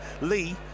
Lee